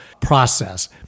process